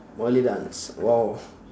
malay dance !wow!